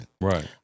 Right